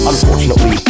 Unfortunately